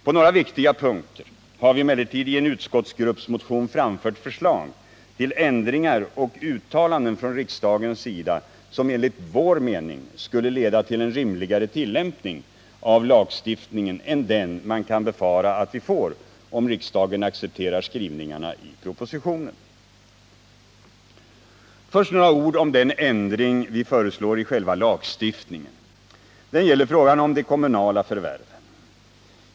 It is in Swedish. På några viktiga punkter har vi emellertid i en utskottsgruppsmotion framfört förslag till ändringar och uttalanden från riksdagens sida, som enligt vår mening skulle leda till en rimligare tillämpning av lagstiftningen än den man kan befara att vi får, om riksdagen accepterar skrivningarna i propositionen. Först några ord om den ändring vi föreslår i själva lagstiftningen. Den gäller frågan om de kommunala förvärven.